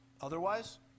Otherwise